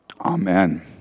amen